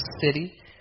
city